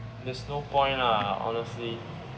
there's no point lah honestly